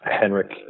Henrik